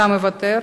אתה מוותר?